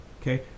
Okay